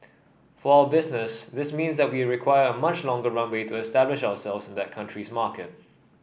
for our business this means that we require a much longer runway to establish ourselves in that country's market